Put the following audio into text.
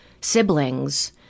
siblings